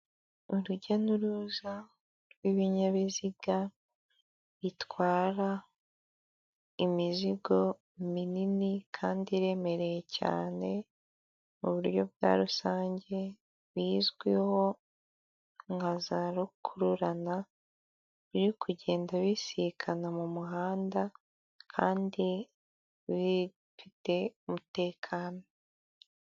Urujya n'uruza rw'ibinyabiziga bitwara imizigo minini kandi iremereye cyane mu buryo bwa rusange bizwiho nkaza rukururana biri kugenda bisikana mu muhanda kandi bifite umutekano.